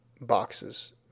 boxes